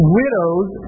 widows